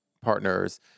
partners